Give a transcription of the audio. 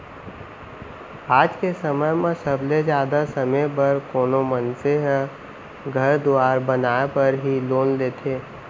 आज के समय म सबले जादा समे बर कोनो मनसे ह घर दुवार बनाय बर ही लोन लेथें